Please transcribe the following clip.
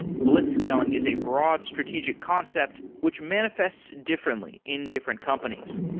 blitzscaling is a broad strategic concept which manifests differently in different companies.